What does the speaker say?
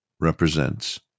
represents